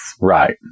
Right